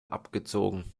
abgezogen